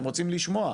הם רוצים לשמוע,